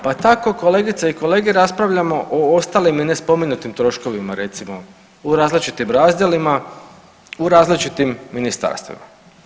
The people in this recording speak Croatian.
Pa tako kolegice i kolege raspravljamo o ostalim i nespomenutim troškovima recimo u različitim razdjelima u različitim ministarstvima.